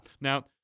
Now